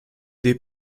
des